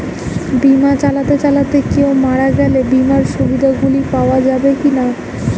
বিমা চালাতে চালাতে কেও মারা গেলে বিমার সুবিধা গুলি পাওয়া যাবে কি না?